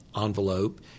envelope